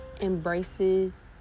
embraces